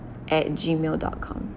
at gmail dot com